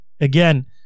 again